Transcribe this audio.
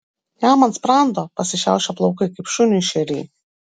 jam ant sprando pasišiaušė plaukai kaip šuniui šeriai